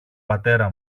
πατέρα